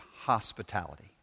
hospitality